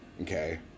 Okay